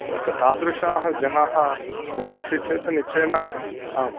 okay तादृशाः जनाः भवन्ति चेत् निश्चयेन आम्